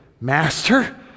Master